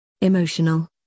Emotional